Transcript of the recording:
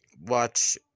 watch